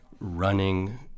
running